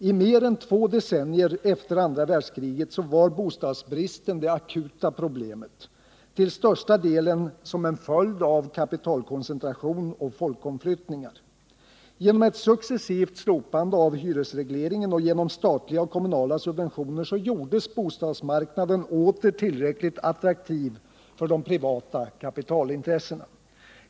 I mer än två decennier efter andra världskriget var bostadsbristen det akuta problemet, till största delen som en följd av kapitalkoncentration och folkomflyttningar. Genom ett successivt slopande av hyresregleringen och genom statliga och kommunala subventioner gjordes bostadsmarknaden åter tillräckligt attraktiv för de privata kapitalintressena.